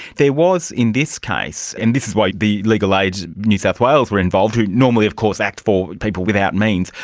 there was in this case, and this is why legal aid new south wales were involved, who normally of course act for people without means,